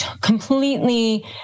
completely